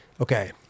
okay